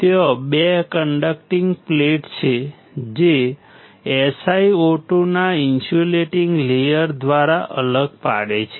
ત્યાં 2 conducting plates છે જે SiO2 ના ઇન્સ્યુલેટીંગ લેયર દ્વારા અલગ પાડે છે